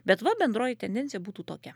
bet va bendroji tendencija būtų tokia